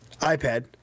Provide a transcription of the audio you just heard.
ipad